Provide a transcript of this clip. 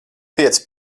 pieci